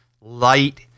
light